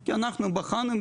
כי אנחנו בחרנו.